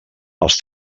els